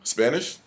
Spanish